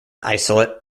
isolate